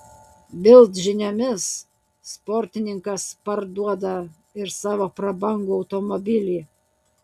bild žiniomis sportininkas parduoda ir savo prabangų automobilį